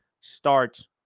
starts